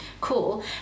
cool